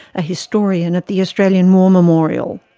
a historian at the australian war memorial.